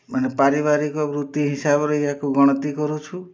ମାନେ ପାରିବାରିକ ବୃତ୍ତି ହିସାବରେ ଏହାକୁ ଗଣତି କରୁଛୁ